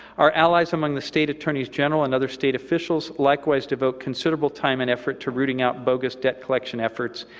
our allies among the state attorneys general and other state officials likewise devote considerable time and effort to rooting out bogus debt collection efforts,